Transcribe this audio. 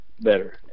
better